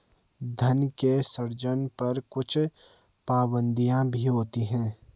धन के सृजन पर कुछ पाबंदियाँ भी होती हैं